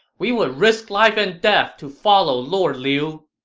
we would risk life and death to follow lord liu!